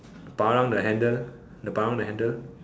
parang the handle the parang the handle